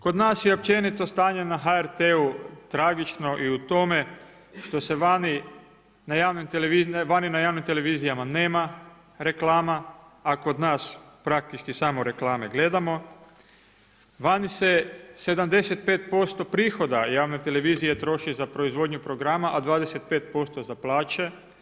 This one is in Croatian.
Kod nas je općenito stanje na HRT-u tragično i u tome, što se vani na javnim televizijama nema reklama, a kod nas praktički samo reklame gledamo, vani se 75% prihoda javne televizije troši za proizvodnju programa, a 25% za plaće.